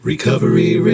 Recovery